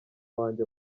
wanjye